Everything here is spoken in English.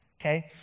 Okay